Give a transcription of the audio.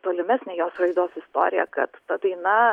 tolimesnę jos raidos istoriją kad ta daina